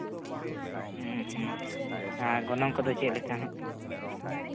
ᱟᱨ ᱜᱚᱱᱚᱝ ᱠᱚᱫᱚ ᱪᱮᱫ ᱞᱮᱠᱟ